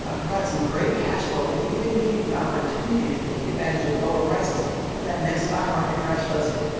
ah provide some great cash flow and even give you the opportunity to take advantage of lower prices when the next stock market crash does hit.